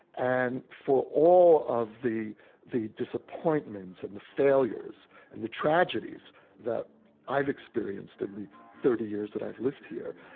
and for all of the the disappointments and the failures and the tragedies that i've experienced in the thirty years that i've lived here,